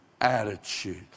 attitude